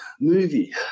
movie